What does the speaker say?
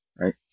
right